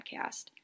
podcast